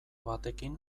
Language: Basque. batekin